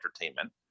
entertainment